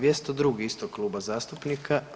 202. istog kluba zastupnika.